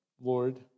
Lord